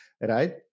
right